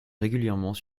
régulièrement